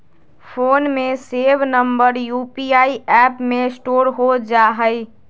phone में save number UPI app में store हो जा हई